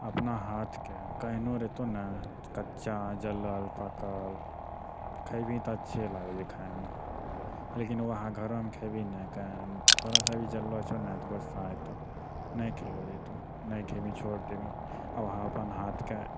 अपना हाथके केहने रहतौ ने कच्चा जलल पकल खेबही तऽ अच्छे लागै छै खाइमे लेकिन वएह घरेमे खेबही ने थोड़ा सा भी जललो छै ने तऽ गोस्सा एतौ नहि खाइलो जेतौ ने खेबही छोड़ि देबही आओर अपन हाथके